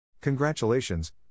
Congratulations